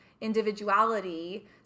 individuality